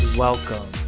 Welcome